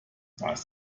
das